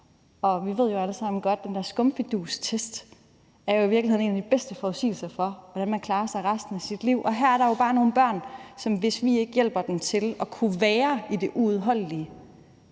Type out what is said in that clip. sig. Vi ved jo alle sammen godt, at den der skumfidustest jo i virkeligheden er en af de bedste forudsigelser for, hvordan man klarer sig i resten af sit liv. Og her er der jo bare nogle børn, som, hvis vi ikke hjælper dem til at kunne være i det uudholdelige,